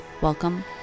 Welcome